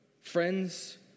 Friends